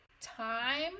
time